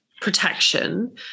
protection